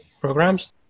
programs